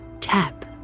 Tap